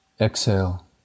Exhale